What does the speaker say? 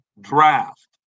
draft